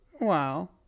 Wow